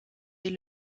est